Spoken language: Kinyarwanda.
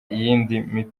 iyindi